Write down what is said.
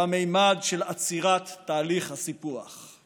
והוא הממד של עצירת תהליך הסיפוח.